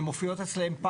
הן מופיעות אצלן.